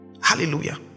hallelujah